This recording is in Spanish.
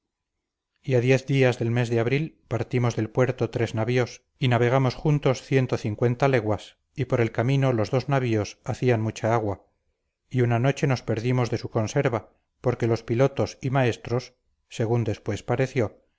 a diez días del mes de abril partimos del puerto tres navíos y navegamos juntos ciento cincuenta leguas y por el camino los dos navíos hacían mucha agua y una noche nos perdimos de su conserva porque los pilotos y maestros según después pareció